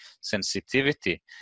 sensitivity